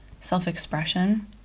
self-expression